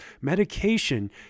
Medication